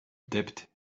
dipped